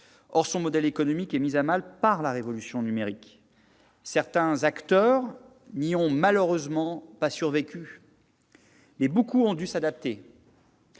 Or le modèle économique de la presse est mis à mal par la révolution numérique. Si certains acteurs n'y ont malheureusement pas survécu, et beaucoup ont su s'adapter